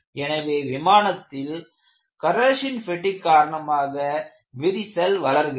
எனவே விமானத்தில் corrosion fatigue காரணமாக விரிசல் வளர்கிறது